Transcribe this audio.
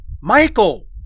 Michael